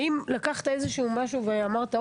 האם לקחת איזשהו משהו ואמרת,